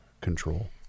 control